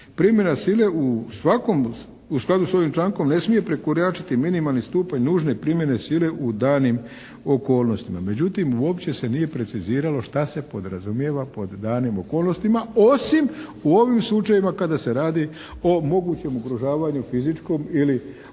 Primjena sile u svakom, u skladu sa ovim člankom ne smije prekoračiti minimalni stupanj nužne primjene sile u daljnjim okolnostima. Međutim, uopće se nije preciziralo što se podrazumijeva pod danim okolnostima osim u ovim slučajevima kada se radi o mogućem ugrožavanju fizičkom ili